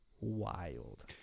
wild